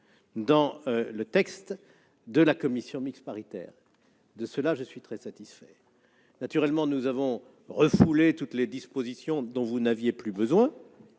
des travaux de la commission mixte paritaire. De cela, je suis très satisfait. Naturellement, nous avons écarté toutes les dispositions dont vous n'aviez plus besoin,